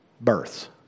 births